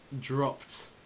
dropped